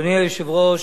אדוני היושב-ראש,